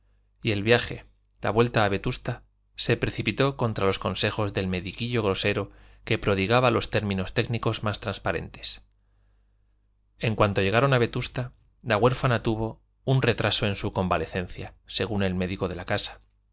y el viaje la vuelta a vetusta se precipitó contra los consejos del mediquillo grosero que prodigaba los términos técnicos más transparentes en cuanto llegaron a vetusta la huérfana tuvo un retraso en su convalecencia según el médico de la casa